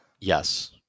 Yes